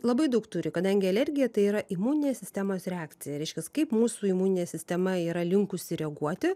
labai daug turi kadangi alergija tai yra imuninės sistemos reakcija reiškias kaip mūsų imuninė sistema yra linkusi reaguoti